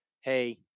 hey